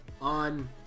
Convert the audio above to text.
on